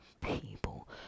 people